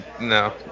no